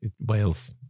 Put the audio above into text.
Wales